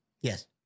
Yes